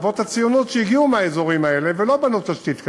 של אבות הציונות שהגיעו מהאזורים האלה ולא בנו תשתית כזאת.